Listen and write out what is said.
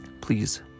Please